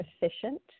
efficient